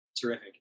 terrific